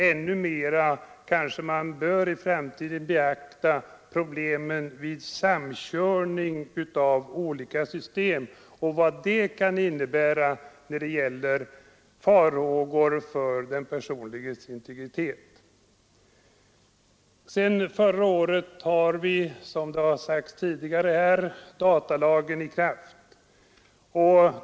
Ännu mera kanske man i framtiden bör beakta problemen vid samkörning av olika system och vad de kan innebära för den enskildes integritet. Sedan förra året har vi, som här sagts tidigare, datalagen i kraft.